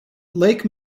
lake